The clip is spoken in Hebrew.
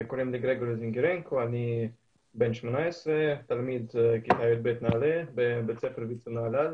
אני בן 18, תלמיד כיתה י"ב נעל"ה בבית הספר בנהלל.